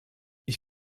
ich